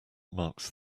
marks